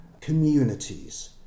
communities